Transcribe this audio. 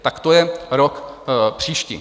Tak to je rok příští.